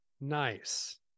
Nice